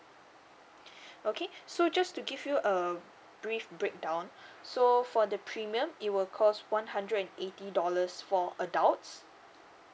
okay so just to give you a brief breakdown so for the premium it will cause one hundred and eighty dollars for adults